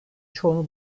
çoğunu